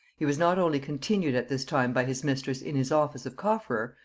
he was not only continued at this time by his mistress in his office of cofferer,